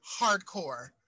hardcore